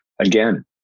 again